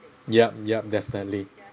yup yup definitely